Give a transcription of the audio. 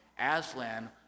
Aslan